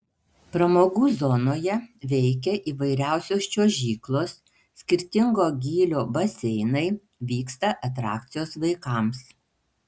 pramogų zonoje veikia įvairiausios čiuožyklos skirtingo gylio baseinai vyksta atrakcijos vaikams